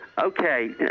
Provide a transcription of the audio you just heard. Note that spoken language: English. Okay